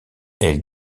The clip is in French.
elle